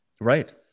Right